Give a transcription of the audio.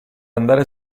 andare